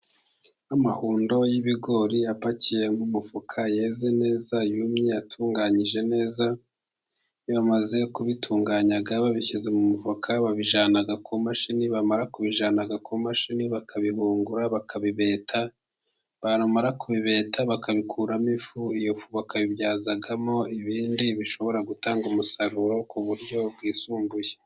Amahundo y'ibigori, apakiye mu mufuka, yeze neza, yumye, atunganyije neza. Iyo bamaze kubitunganya, babishyize mu mufuka, babijyana ku mashini. Bamara kujyana ku mashini, bakabihungura, bakabibeta. Bamara kubibeta, bakabikuramo ifu. Iyo fu bakabibyazamo ibindi bishobora gutanga umusaruro ku buryo bwisumbuye.